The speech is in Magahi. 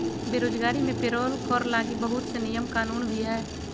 बेरोजगारी मे पेरोल कर लगी बहुत से नियम कानून भी हय